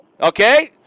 Okay